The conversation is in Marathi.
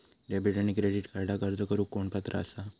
डेबिट आणि क्रेडिट कार्डक अर्ज करुक कोण पात्र आसा?